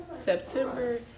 September